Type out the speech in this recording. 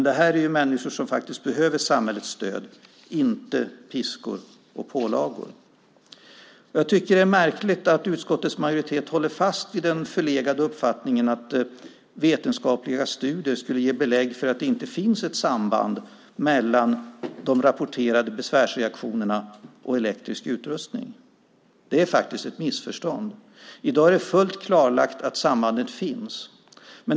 Det är människor som faktiskt behöver samhällets stöd, inte piskor och pålagor. Jag tycker att det är märkligt att utskottets majoritet håller fast vid den förlegade uppfattningen att vetenskapliga studier skulle ge belägg för att det inte finns ett samband mellan de rapporterade besvärsreaktionerna och elektrisk utrustning. Det är faktiskt ett missförstånd. I dag är det fullt klarlagt att sambandet finns.